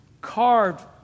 carved